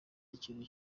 ikintu